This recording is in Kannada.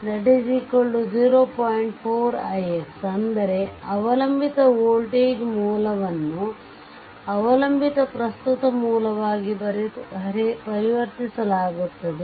4 ix ಅಂದರೆ ಅವಲಂಬಿತ ವೋಲ್ಟೇಜ್ ಮೂಲವನ್ನು ಅವಲಂಬಿತ ಪ್ರಸ್ತುತ ಮೂಲವಾಗಿ ಪರಿವರ್ತಿಸಲಾಗುತ್ತದೆ